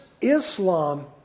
Islam